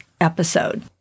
episode